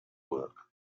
work